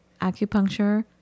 Acupuncture